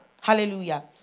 Hallelujah